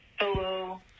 Hello